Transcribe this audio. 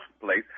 place